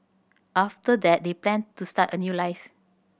after that they planned to start a new life